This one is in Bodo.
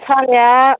सानाया